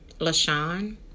LaShawn